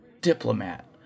diplomat